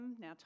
Now